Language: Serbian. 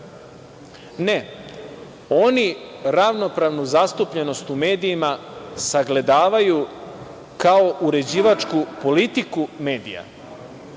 oni ravnopravnu zastupljenost u medijima sagledavaju kao uređivačku politiku medija.